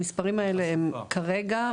המספרים האלה הם כרגע,